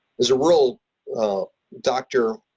as a rural doctor,